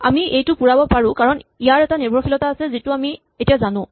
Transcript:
আমি এইটো পুৰাব পাৰো কাৰণ ইয়াৰ এটাই নিৰ্ভৰশীলতা আছে যিটো আমি এতিয়া জানো